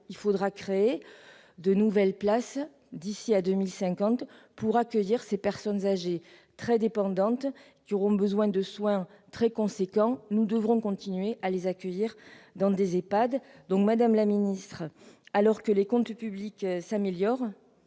inévitable, de nouvelles places d'ici à 2050, pour accueillir ces personnes âgées très dépendantes ayant besoin de soins importants. Nous devrons continuer de les accueillir dans des EHPAD. Madame la ministre, alors que les comptes publics s'améliorent,